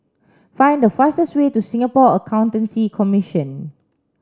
find the fastest way to Singapore Accountancy Commission